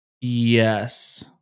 Yes